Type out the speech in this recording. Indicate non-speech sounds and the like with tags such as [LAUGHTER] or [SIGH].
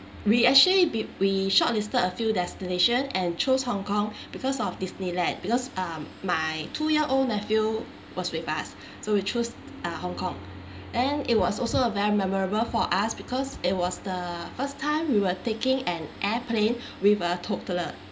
we actually been we shortlisted a few destination and chose hong kong [BREATH] because of disneyland because um my two year old nephew was with us [BREATH] so we choose uh hong kong [BREATH] then it was also a very memorable for us because it was the first time we were taking an airplane [BREATH] with a toddler